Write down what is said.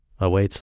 awaits